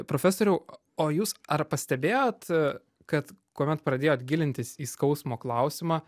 profesoriau o jūs ar pastebėjot kad kuomet pradėjot gilintis į skausmo klausimą